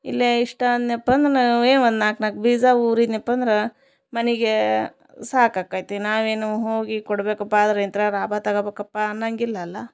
ಇಲ್ಲೇ ಇಷ್ಟೇ ಆದ್ನ್ಯಪ್ ಅಂದ್ರೆ ನಾವೇ ಒಂದು ನಾಲ್ಕು ನಾಲ್ಕು ಬೀಜ ಊರಿನ್ಯಪ್ಪ ಅಂದ್ರೆ ಮನೆಗೆ ಸಾಕಕೈತಿ ನಾವೇನು ಹೋಗಿ ಕೊಡಬೇಕಪ್ಪ ಆದ್ರೆ ಇಂತ್ರಾಗ ಲಾಭ ತಗೊಬೇಕಪ್ಪ ಅನ್ನಂಗಿಲ್ಲಲ್ಲ